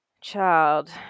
child